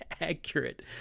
accurate